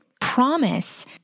promise